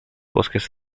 bosques